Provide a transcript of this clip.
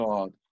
God